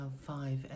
five